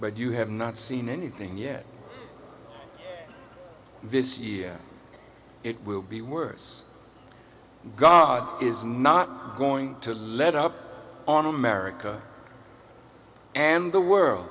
but you have not seen anything yet this year it will be worse god is not going to let up on america and the world